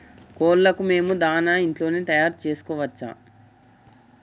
కోళ్లకు మేము దాణా ఇంట్లోనే తయారు చేసుకోవచ్చా?